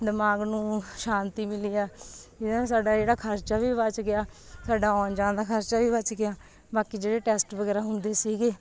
ਦਿਮਾਗ ਨੂੰ ਸ਼ਾਂਤੀ ਮਿਲੀ ਆ ਇਹਦਾ ਸਾਡਾ ਜਿਹੜਾ ਖਰਚਾ ਵੀ ਬਚ ਗਿਆ ਸਾਡਾ ਆਉਣ ਜਾਣ ਦਾ ਖਰਚਾ ਵੀ ਬਚ ਗਿਆ ਬਾਕੀ ਜਿਹੜੇ ਟੈਸਟ ਵਗੈਰਾ ਹੁੰਦੇ ਸੀਗੇ